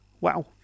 Wow